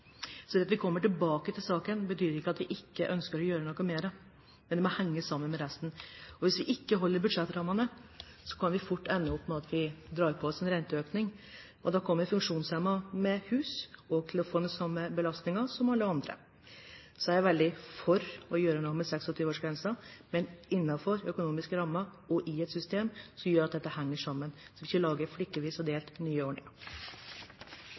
Så det at vi kommer tilbake til saken, betyr ikke at vi ikke ønsker å gjøre noe med det, men det må henge sammen med resten. Hvis vi ikke holder budsjettrammene, kan vi fort ende opp med at vi drar på oss en renteøkning. Da kommer funksjonshemmede med hus også til å få den samme belastningen som alle andre. Så jeg er veldig for å gjøre noe med 26-årsgrensen, men innenfor økonomiske rammer og i et system som gjør at dette henger sammen, så vi ikke lager, stykkevis og delt, nye